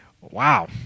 wow